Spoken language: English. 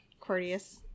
Courteous